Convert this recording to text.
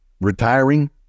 retiring